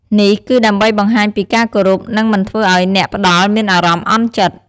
នេះគឺដើម្បីបង្ហាញពីការគោរព និងមិនធ្វើឲ្យអ្នកផ្តល់មានអារម្មណ៍អន់ចិត្ត។